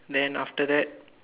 then after that